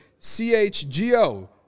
CHGO